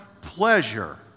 pleasure